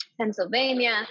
pennsylvania